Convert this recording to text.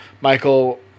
Michael